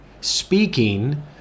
speaking